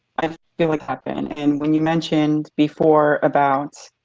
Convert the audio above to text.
i mean like happen. and when you mentioned before about